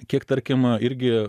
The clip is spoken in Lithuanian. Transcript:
kiek tarkim irgi